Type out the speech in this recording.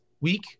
week